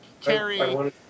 Carrie